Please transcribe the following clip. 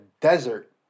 desert